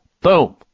Boom